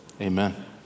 amen